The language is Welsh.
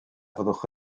fyddwch